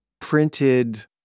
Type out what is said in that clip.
printed